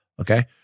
Okay